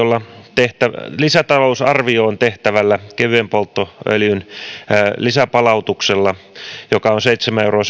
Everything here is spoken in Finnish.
tehtävällä lisätalousarvioon tehtävällä kevyen polttoöljyn lisäpalautuksella joka on